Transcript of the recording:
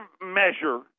measure